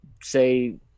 say